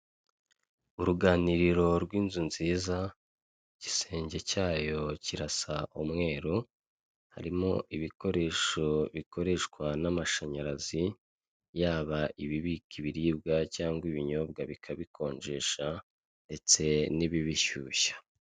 Uruganiriro rw'inzu nziza, igisenge cyayo kirasa umweru, harimo ibikoresho bikoreshwa n'amashanyarazi, yaba ibibika ibiribwa cyangwa ibinyobwa bikabikonjesha, ndetse n'ibibishyushya.